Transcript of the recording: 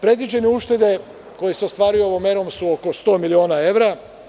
Predviđene uštede koje se ostvaruju ovom merom su oko 100 miliona evra.